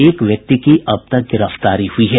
एक व्यक्ति की अब तक गिरफ्तारी हुई है